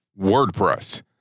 WordPress